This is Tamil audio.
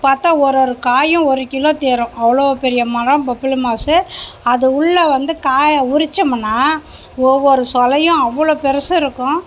பார்த்தா ஒருவொரு காயும் ஒரு கிலோ தேறும் அவ்வளோ பெரிய மரம் பப்ளிமாஸு அது உள்ளே வந்து காயை உறிச்சமுன்னா ஒவ்வொரு சொலையும் அவ்வளோ பெருசு இருக்கும்